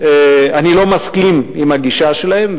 שאני לא מסכים עם הגישה שלהם,